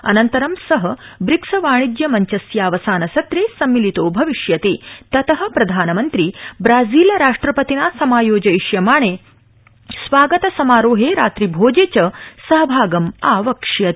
अनन्तरं स ब्रिक्स वाणिज्य मंचस्यावसान सत्रे सम्मिलितो अविष्यति तत प्रधानमन्त्री ब्राजील राष्ट्रपतिना समायोजयिष्यमाणे स्वागत समारोहे रात्रि भोजे च सहभागम आवक्ष्यति